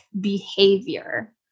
behavior